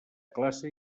classe